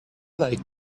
like